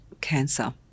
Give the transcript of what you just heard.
cancer